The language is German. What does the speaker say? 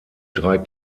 drei